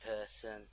person